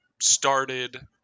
started